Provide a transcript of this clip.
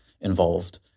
involved